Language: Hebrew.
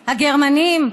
הגרמנים,